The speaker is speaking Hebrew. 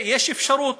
יש אפשרות